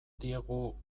diegu